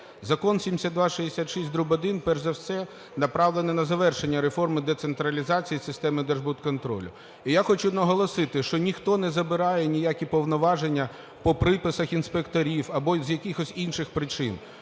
Закон 7266-1 перш за все направлений на завершення реформи децентралізації системи держбудконтролю. І я хочу наголосити, що ніхто не забирає ніякі повноваження по приписах інспекторів або з якихось інших причин.